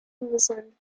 kingsland